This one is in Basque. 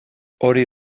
hori